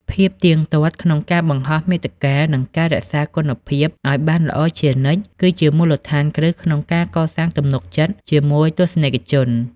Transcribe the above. ភាពទៀងទាត់ក្នុងការបង្ហោះមាតិកា និងការរក្សាគុណភាពឱ្យបានល្អជានិច្ច គឺជាមូលដ្ឋានគ្រឹះក្នុងការកសាងទំនុកចិត្តជាមួយទស្សនិកជន។